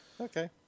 Okay